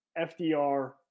FDR